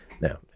now